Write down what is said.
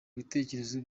bitekerezo